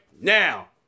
Now